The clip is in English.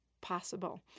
possible